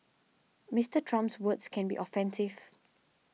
Mister Trump's words can be offensive